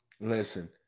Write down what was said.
Listen